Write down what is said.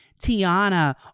Tiana